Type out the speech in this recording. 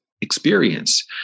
experience